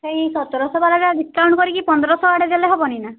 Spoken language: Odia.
ଏଇ ସତରଶହ ବାଲାଟା ଡିସକାଉଣ୍ଟ୍ କରିକି ପନ୍ଦରଶହ ଆଡ଼େ ଦେଲେ ହେବନି ନା